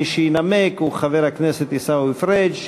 מי שינמק הוא חבר הכנסת עיסאווי פריג'.